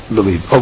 believe